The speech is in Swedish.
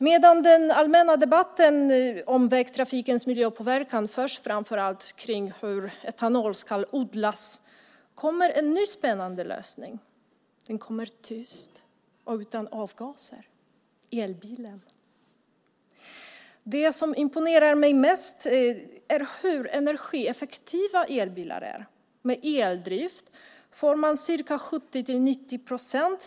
Medan den allmänna debatten om vägtrafikens miljöpåverkan framför allt handlar om hur etanol ska odlas kommer en ny spännande lösning. Den kommer tyst och utan avgaser. Jag talar om elbilen. Det som mest imponerar på mig är hur energieffektiva elbilar är. Med eldrift får man en total verkningsgrad på 70-90 procent.